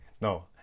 No